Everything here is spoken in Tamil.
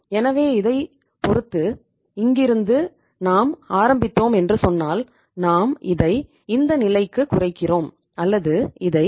எனவே இதைப் பொறுத்து இங்கிருந்து நாம் ஆரம்பித்தோம் என்று சொன்னால் நாம் இதை இந்த நிலைக்கு குறைக்கிறோம் அல்லது இதை 0